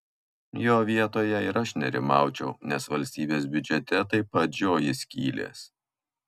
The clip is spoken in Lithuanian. jo vietoje ir aš nerimaučiau nes valstybės biudžete taip pat žioji skylės